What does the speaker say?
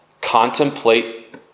Contemplate